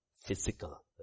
physical